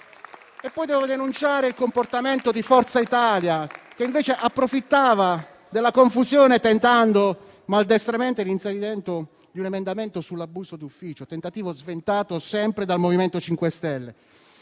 poi denunciare il comportamento di Forza Italia, che invece approfittava della confusione tentando maldestramente l'inserimento di un emendamento sull'abuso d'ufficio, tentativo sventato sempre dal MoVimento 5 Stelle.